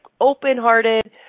open-hearted